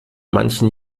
manchen